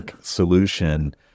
solution